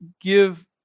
give